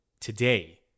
Today